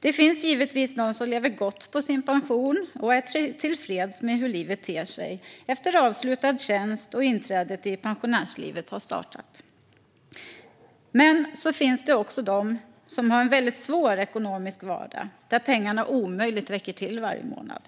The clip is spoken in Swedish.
Det finns givetvis de som lever gott på sin pension och är tillfreds med hur livet ter sig efter avslutad tjänst, då inträdet i pensionärslivet har startat. Men det finns också de som har en väldigt svår ekonomisk vardag där pengarna omöjligt räcker till varje månad.